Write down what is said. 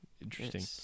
Interesting